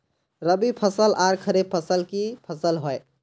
रवि फसल आर खरीफ फसल की फसल होय?